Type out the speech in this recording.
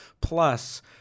Plus